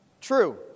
true